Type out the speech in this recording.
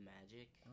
Magic